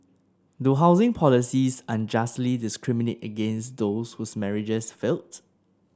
do housing policies unjustly discriminate against those whose marriages failed